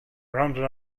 rounded